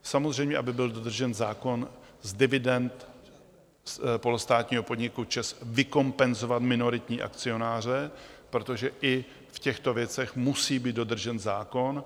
Samozřejmě aby byl dodržen zákon, z dividend polostátního podniku ČEZ vykompenzovat minoritní akcionáře, protože i v těchto věcech musí být dodržen zákon.